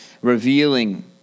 revealing